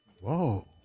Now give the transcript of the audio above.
Whoa